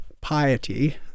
piety